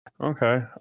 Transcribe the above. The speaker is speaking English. okay